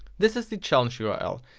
this is the challenge url.